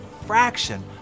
fraction